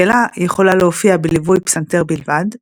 מקהלה יכולה להופיע בליווי פסנתר בלבד,